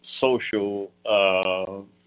social